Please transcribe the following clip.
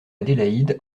adélaïde